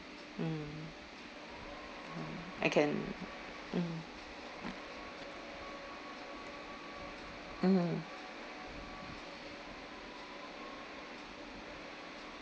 mm mm I can mm mm